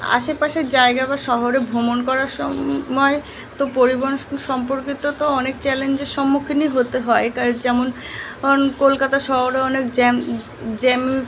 আশেপাশের জায়গা বা শহরে ভ্রমণ করার সময় তো পরিবহন সম্পর্কিত তো অনেক চ্যালেঞ্জের সম্মুখীনই হতে হয় কাই যেমন অন কলকাতা শহরে অনেক জ্যাম জ্যাম